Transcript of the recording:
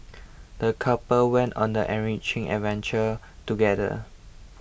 the couple went on an enriching adventure together